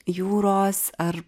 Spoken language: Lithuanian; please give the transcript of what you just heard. jūros ar